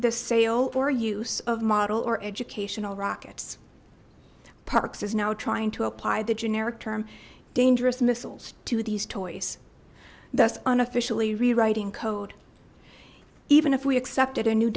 the sale or use of model or educational rockets parks is now trying to apply the generic term dangerous missiles to these toys thus unofficially rewriting code even if we accepted a new